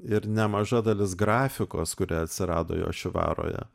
ir nemaža dalis grafikos kuri atsirado jošivaroje